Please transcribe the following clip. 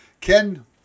Ken